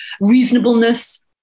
reasonableness